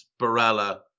Barella